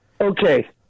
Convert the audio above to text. Okay